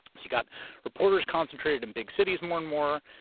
you got reporters concentrated in big cities more and more,